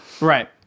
Right